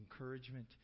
encouragement